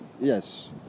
Yes